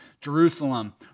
Jerusalem